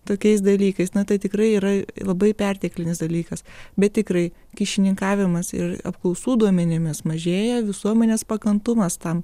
tokiais dalykais na tai tikrai yra labai perteklinis dalykas bet tikrai kyšininkavimas ir apklausų duomenimis mažėja visuomenės pakantumas tam